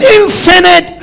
infinite